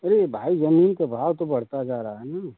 अरे भाई जमीन के भाव तो बढ़ता जा रहा है न